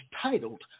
titled